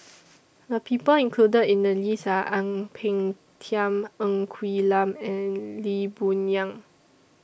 The People included in The list Are Ang Peng Tiam Ng Quee Lam and Lee Boon Yang